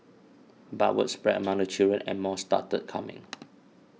but word spread among the children and more started coming